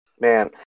Man